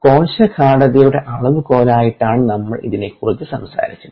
കോശ ഗാഢതയുടെ അളവുകോലായിട്ടാണ് നമ്മൾ ഇതിനെക്കുറിച്ച് സംസാരിച്ചത്